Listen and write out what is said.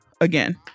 again